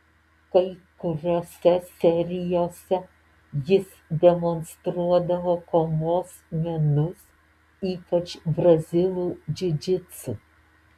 kai kuriose serijose jis demonstruodavo kovos menus ypač brazilų džiudžitsu